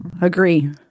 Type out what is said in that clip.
agree